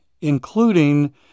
including